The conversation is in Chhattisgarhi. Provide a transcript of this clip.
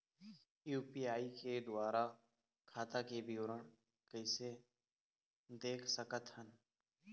यू.पी.आई के द्वारा खाता के विवरण कैसे देख सकत हन?